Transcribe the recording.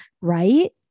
right